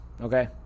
okay